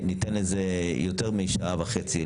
ניתן לזה יותר משעה וחצי,